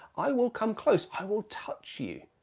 i will come close. i will touch you,